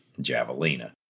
Javelina